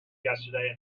yesterday